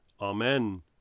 Amen